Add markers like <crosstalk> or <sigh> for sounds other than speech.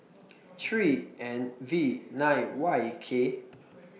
<noise> three N V nine Y K <noise>